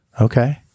Okay